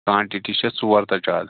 quantity چھَس ژور تَہہ زیادٕ